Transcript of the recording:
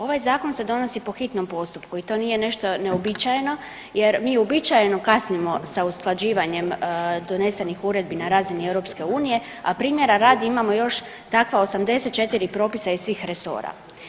Ovaj Zakon se donosi se donosi po hitnom postupku i to nije nešto neuobičajeno, jer mi uobičajeno kasnimo sa usklađivanjem donesenih Uredbi na razini Europske Unije a primjera radi imamo još takva 84 propisa iz svih resora.